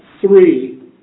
Three